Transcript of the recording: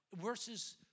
versus